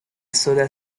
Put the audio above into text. soda